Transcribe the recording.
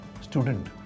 student